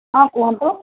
ହଁ କୁହନ୍ତୁ